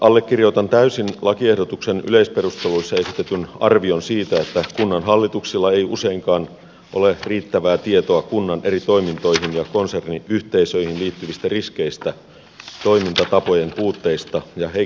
allekirjoitan täysin lakiehdotuksen yleisperusteluissa esitetyn arvion siitä että kunnanhallituksilla ei useinkaan ole riittävää tietoa kunnan eri toimintoihin ja konserniyhteisöihin liittyvistä riskeistä toimintatapojen puutteista ja heikkouksista